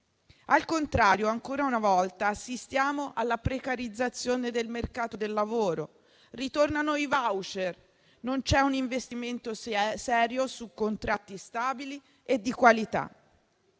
Al contrario, ancora una volta assistiamo alla precarizzazione del mercato del lavoro. Ritornano i *voucher* e non c'è un investimento serio su contratti stabili e di qualità.